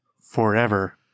forever